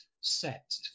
set